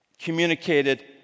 communicated